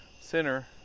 center